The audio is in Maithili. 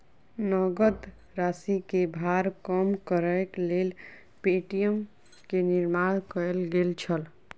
नकद राशि के भार कम करैक लेल पे.टी.एम के निर्माण कयल गेल छल